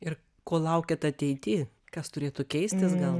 ir ko laukiat ateity kas turėtų keistis gal